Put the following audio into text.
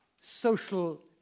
social